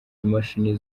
imashini